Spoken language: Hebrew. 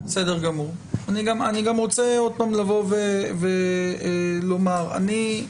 בסדר גמור, אני גם רוצה עוד פעם לבוא ולומר, אני,